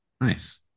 nice